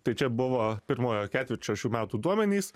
tai čia buvo pirmojo ketvirčio šių metų duomenys